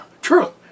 true